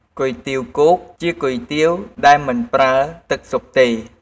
គុយទាវគោក ជាគុយទាវដែលមិនប្រើទឹកស៊ុបទេ។